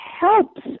helps